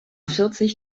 vierzig